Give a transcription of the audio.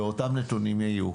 ואותם נתונים יהיו.